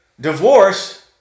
divorce